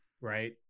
Right